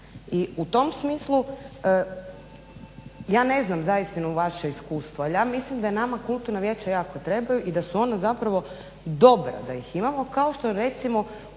i u tom smislu, ja ne znam zaista vaše iskustvo jer ja mislim da je nama kulturna vijeća jako trebaju i da su ona zapravo dobra da ih imamo kao što je recimo